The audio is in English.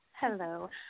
Hello